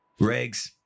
Regs